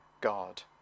God